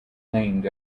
named